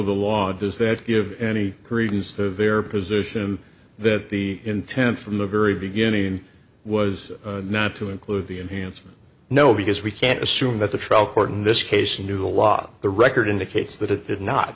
the law does that give any credence to their position that the intent from the very beginning was not to include the enhanced no because we can't assume that the trial court in this case knew the law the record indicates that it did not